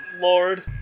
lord